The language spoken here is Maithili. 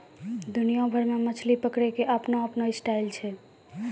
दुनिया भर मॅ मछली पकड़ै के आपनो आपनो स्टाइल छै